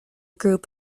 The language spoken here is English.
group